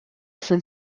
sind